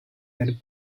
and